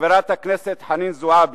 חברת הכנסת חנין זועבי,